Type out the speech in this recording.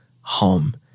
home